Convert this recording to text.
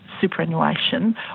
superannuation